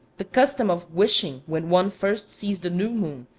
the custom of wishing, when one first sees the new moon,